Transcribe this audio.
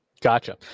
Gotcha